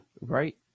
right